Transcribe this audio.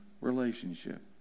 relationship